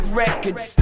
records